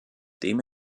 dem